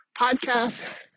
podcast